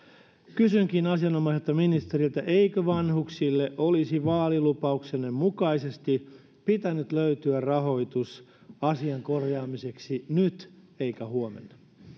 kysynkin asianomaiselta ministeriltä eikö vanhuksille olisi vaalilupauksenne mukaisesti pitänyt löytyä rahoitus asian korjaamiseksi nyt eikä huomenna